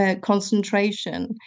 concentration